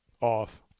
Off